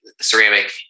ceramic